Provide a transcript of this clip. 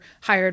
hired